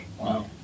Wow